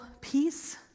peace